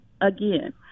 again